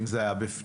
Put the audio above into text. אם זה היה בפנים.